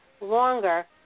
longer